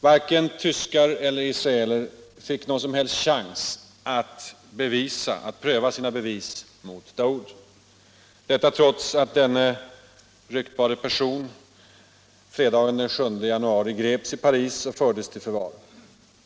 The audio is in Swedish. Varken tyskar eller israeler fick någon som helst chans att pröva sina bevis mot Daoud, detta trots att denna ryktbara person fredagen den 7 januari greps i Paris och fördes till häkte.